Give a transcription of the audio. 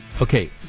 okay